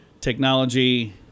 technology